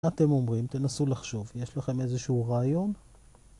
אתם אומרים, תנסו לחשוב, יש לכם איזשהו רעיון?